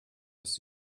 ist